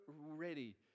ready